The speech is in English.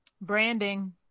Branding